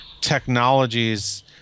technologies